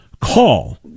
call